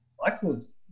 Alexa's